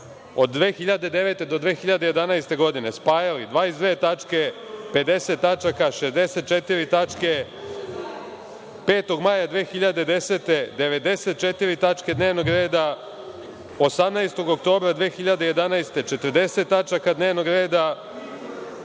od 2009. do 2011. godine, spajali 22 tačke, 50 tačaka, 64 tačke, 5. maja 2010, godine 94 tačke dnevnog reda, 18. oktobra 2011. godine 40 tačaka dnevnog reda,